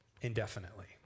Indefinitely